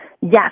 Yes